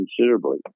considerably